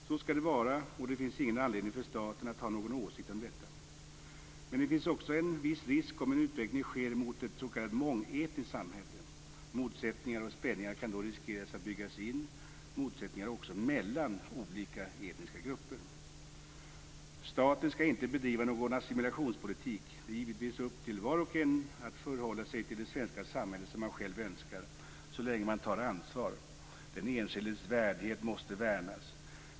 Så skall det vara, och det finns ingen anledning för staten att ha en åsikt om detta. Men det finns också en viss risk om en utveckling sker mot ett mångetniskt samhälle. Motsättningar och spänningar kan då riskeras att byggas in, motsättningar också mellan olika etniska grupper. Staten skall inte bedriva någon assimilationspolitik. Det är givetvis upp till var och en att förhålla sig till det svenska samhället som man själv önskar så länge man tar ansvar. Den enskildes värdighet måste värnas.